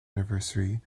anniversary